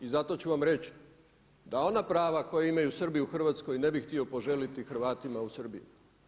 I zato ću vam reći da ona prava koja imaju Srbi u Hrvatskoj ne bih htio poželjeti Hrvatima u Srbiji.